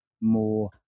more